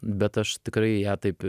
bet aš tikrai ją taip